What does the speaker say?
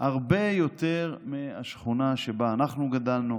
הרבה יותר מבשכונה שבה אנחנו גדלנו,